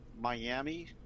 Miami